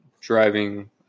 driving